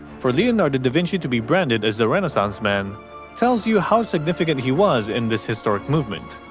for leonardo da vinci to be branded as the renaissance man tells you how significant he was in this historic movement.